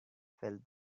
filled